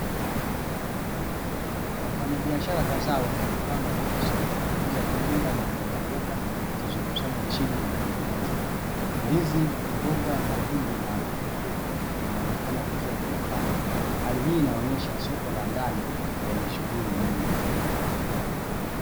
Wafanyabiashara kadhaa wamejipanga kwenye soko, wakiuza matunda na mboga mboga, zilizokusanywa chini na kwenye meza. Ndizi, mboga , mahindi na vitunguu vinaonekana vikiwa vimepangwa. Hali hii inaonyesha soko la ndani lenye shughuli nyingi.